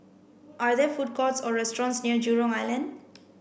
are there food courts or restaurants near Jurong Island